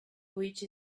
which